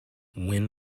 when